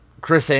Chris